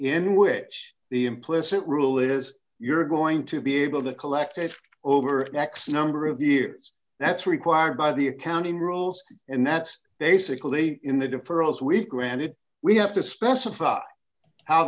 in which the implicit rule is you're going to be able to collect it over next number of years that's required by the accounting rules and that's basically in the deferrals we granted we have to specify how